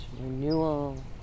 renewal